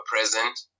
present